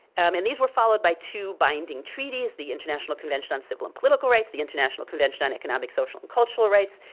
um and these were followed by two binding treaties, the international conventional on civil and political rights the international convention on economic, social, and cultural rights.